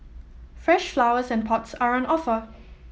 fresh flowers and pots are on offer